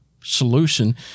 solution